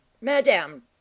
madame